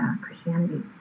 christianity